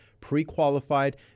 pre-qualified